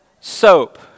soap